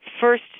first